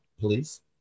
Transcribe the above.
please